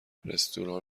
رستوران